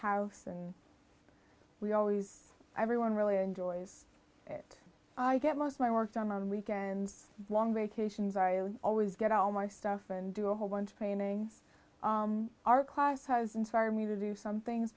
house and we always everyone really enjoys it i get most of my work done on a weekend long vacation violent always get all my stuff and do a whole bunch painting our class has inspired me to do some things